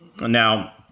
Now